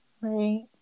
Right